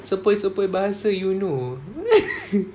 sepoi-sepoi bahasa you know